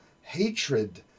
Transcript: hatred